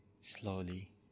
slowly